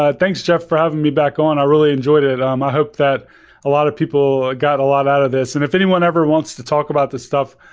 ah thanks jeff for having me back on. i really enjoyed it. um i hope that a lot of people got a lot out of this. and if anyone ever wants to talk about this stuff,